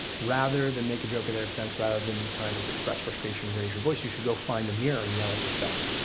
rather than make a joke at their expense, rather than, kind of, express frustration and raise your voice, you should go find a mirror and yell at yourself